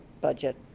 budget